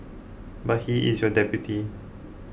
but he is your deputy